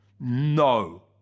no